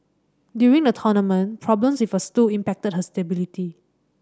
during the tournament problems with her stool impacted her stability